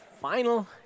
final